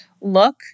look